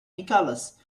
nicholas